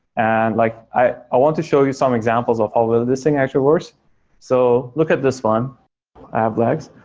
and like i i want to show you some examples of how well this thing actually works so look at this one, i have lags.